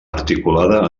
articulada